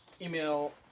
Email